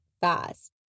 fast